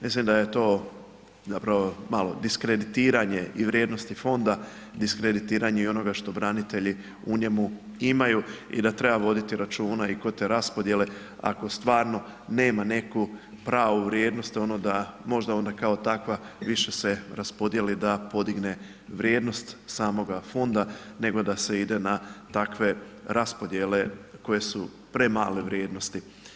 Mislim da je to zapravo diskreditiranje i vrijednosti Fonda, diskreditiranje i onoga što branitelji u njemu imaju i da treba voditi računa i kod raspodijele, ako stvarno nema neku pravu vrijednost, ono da možda onda kao takva više se raspodijeli da podigne vrijednost samoga Fonda nego da se ide na takve raspodijele koje su premale vrijednosti.